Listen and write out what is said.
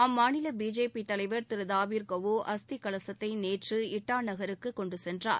அம்மாநில பிஜேபி தலைவர் திரு தாபீர் கவோ அஸ்தி கலசத்தை நேற்று இட்டா நகருக்கு கொண்டுச்சென்றார்